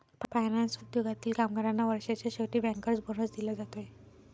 finance उद्योगातील कामगारांना वर्षाच्या शेवटी बँकर्स बोनस दिला जाते